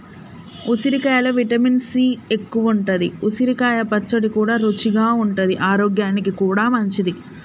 ఉసిరికాయలో vitamin C ఎక్కువుంటది, ఉసిరికాయ పచ్చడి కూడా రుచిగా ఉంటది ఆరోగ్యానికి కూడా మంచిది